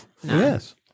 yes